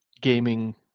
gaming